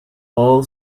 all